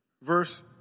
verse